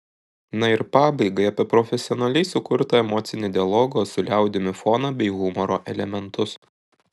na ir pabaigai apie profesionaliai sukurtą emocinį dialogo su liaudimi foną bei humoro elementus